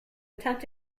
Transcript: attempt